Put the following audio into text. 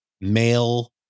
male